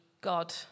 God